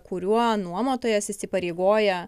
kuriuo nuomotojas įsipareigoja